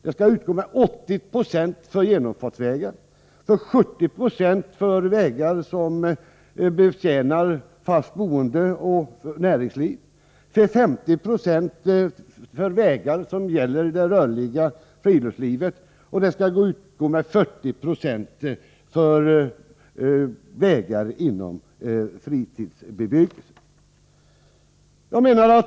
Det skall utgå med 80 96 för genomfartsvägar, med 70 96 för vägar som betjänar fast boende och näringsliv, med 50 96 för vägar som gäller det rörliga friluftslivet och med 40 96 för vägar inom fritidsbebyggelse.